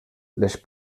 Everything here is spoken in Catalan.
les